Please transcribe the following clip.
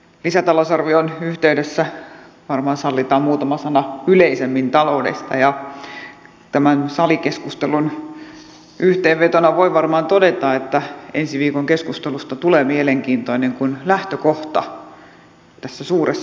lisätalousarvion yhteydessä varmaan sallitaan muutama sana yleisemmin taloudesta ja tämän salikeskustelun yhteenvetona voi varmaan todeta että ensi viikon keskustelusta tulee mielenkiintoinen kun lähtökohta tässä suuressa kuvassa keinoista on niin erilainen